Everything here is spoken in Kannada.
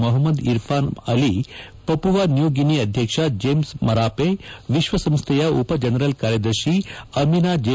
Mohammed Irfaan Ali Papua New Guinea ಅಧ್ಯಕ್ಷ ಜೇಮ್ಬ್ ಮರಾಪೆ ವಿಶ್ವ ಸಂಸ್ಥೆಯ ಉಪ ಜನರಲ್ ಕಾರ್ಯದರ್ಶಿ ಅಮಿನಾ ಜೆ